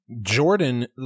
Jordan